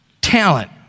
Talent